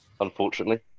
Unfortunately